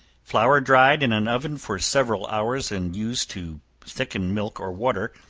flour dried in an oven for several hours, and used to thicken milk or water,